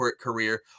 career